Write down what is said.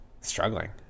struggling